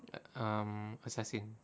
um assassin